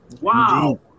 Wow